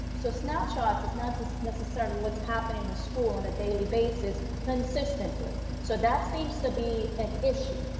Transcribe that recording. so snapshots is not so necessarily what's happening in a school on a daily basis consistently. so that seems to be an issue.